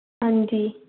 हां जी